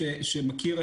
וביניהם גם למשטרת ישראל,